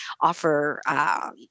offer